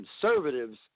conservatives